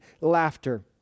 laughter